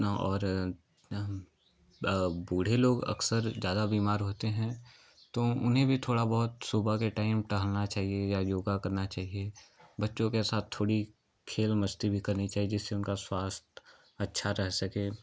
और यहाँ बूढ़े लोग अक्सर ज़्यादा बीमार होते हैं तो उन्हें भी थोड़ा बहुत सुबह के टाइम टहलना चाहिए या योगा करना चाहिए बच्चों के साथ थोड़ी खेल मस्ती भी करनी चाहिए जिससे उनका स्वास्थ्य अच्छा रह सके